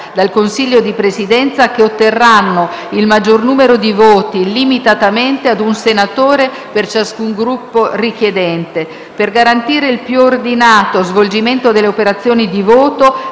dal Consiglio di Presidenza, che otterranno il maggior numero di voti, limitatamente a un senatore per ciascun Gruppo richiedente. Per garantire il più ordinato svolgimento delle operazioni di voto,